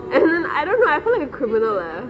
and then I don't know I feel like a criminal leh